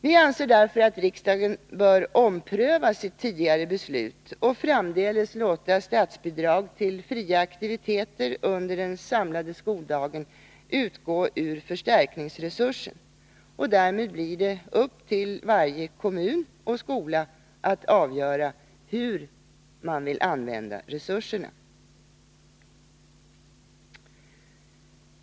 Vi anser därför att riksdagen bör ompröva sitt tidigare beslut och framdeles låta statsbidrag till fria aktiviteter under den samlade skoldagen utgå ur förstärkningsresursen. Därmed ankommer det på varje kommun och skola att avgöra hur resurserna skall användas.